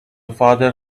father